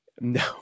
No